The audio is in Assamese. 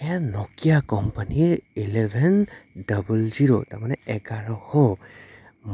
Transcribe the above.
সেয়া ন'কিয়া কোম্পানীৰ ইলেভেন ডাবল জিৰ' তাৰমানে এঘাৰশ